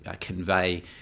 convey